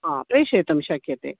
आ प्रेषयितुं शक्यते